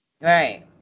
Right